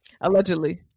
Allegedly